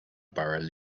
borough